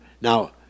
Now